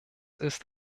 ist